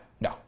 no